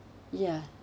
yeah